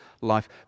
life